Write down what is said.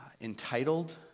entitled